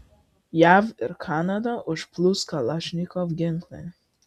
jav ir kanadą užplūs kalašnikov ginklai